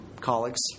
colleagues